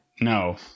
No